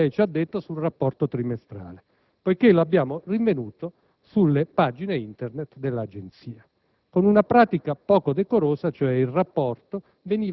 come lei ci ha detto - sul rapporto trimestrale, poiché lo abbiamo rinvenuto sulle pagine Internet dell'Agenzia. Con una pratica poco decorosa, il rapporto